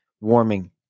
warming